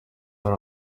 hari